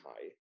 high